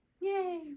Yay